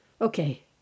Okay